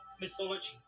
mythology